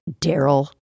Daryl